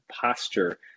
posture